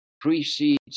precedes